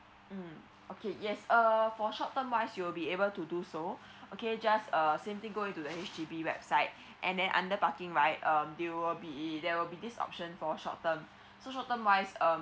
mm okay yes uh for short term wise you'll be able to do so okay just uh simply go in to the H_D_B website and then under parking right um they will be there will be this option for short term so short term wise um